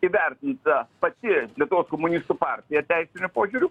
įvertinta pati lietuvos komunistų partija teisiniu požiūriu